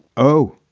oh.